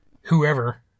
whoever